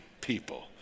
people